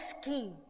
scheme